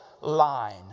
line